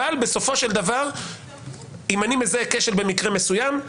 אבל בסופו של דבר אם אני מזהה כשל במקרה מסוים,